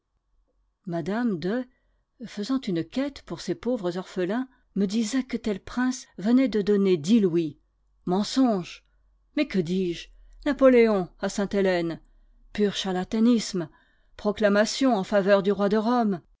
mme de faisant une quête pour ses pauvres orphelins me disait que tel prince venait de donner dix louis mensonge mais que dis-je napoléon à sainte-hélène pur charlatanisme proclamation en faveur du roi de rome